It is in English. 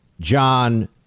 John